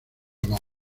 honor